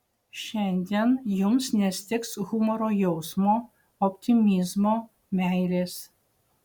šiandien jums nestigs humoro jausmo optimizmo meilės